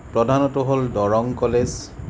প্ৰধানতঃ হ'ল দৰং কলেজ